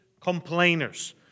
complainers